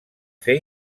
fer